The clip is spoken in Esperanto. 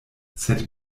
sed